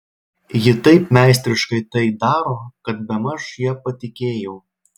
ji taip meistriškai tai daro kad bemaž ja patikėjau